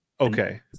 Okay